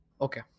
okay